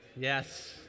Yes